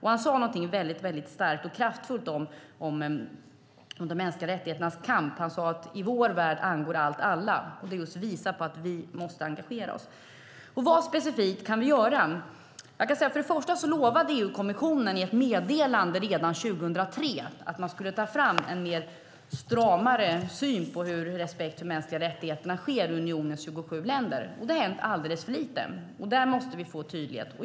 Han sade någonting väldigt starkt och kraftfullt om kampen för de mänskliga rättigheterna. Han sade att i vår värld angår allt alla just för att visa på att vi måste engagera oss. Vad specifikt kan vi göra? EU-kommissionen lovade i ett meddelande redan 2003 att man skulle ta fram en mer stram syn på hur respekten för mänskliga rättigheter efterlevs i unionens 27 länder. Det har hänt alldeles för lite. Där måste vi få tydlighet.